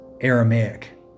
Aramaic